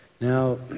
now